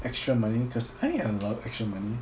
extra money cause I had a lot of extra money